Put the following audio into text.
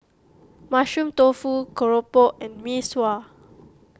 Mushroom Tofu Keropok and Mee Sua